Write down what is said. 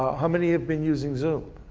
how many have been using zoom?